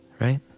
right